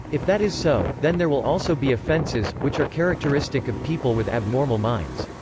if that is so, then there will also be offences, which are characteristic of people with abnormal minds.